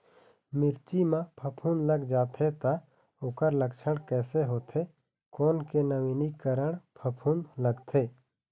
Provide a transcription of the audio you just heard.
मिर्ची मा फफूंद लग जाथे ता ओकर लक्षण कैसे होथे, कोन के नवीनीकरण फफूंद लगथे?